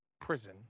prison